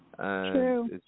True